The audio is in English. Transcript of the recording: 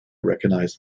recognized